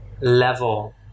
level